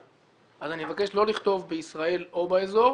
אז אני מבקש לא לכתוב 'בישראל או באזור',